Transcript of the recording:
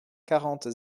quarante